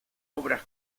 obras